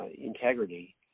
integrity